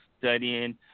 studying